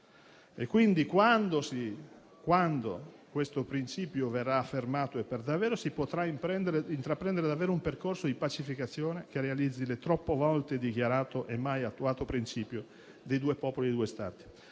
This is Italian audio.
Quindi, quando questo principio verrà affermato per davvero, si potrà intraprendere un percorso di pacificazione che realizzi il troppe volte dichiarato e mai attuato principio dei due popoli e due Stati.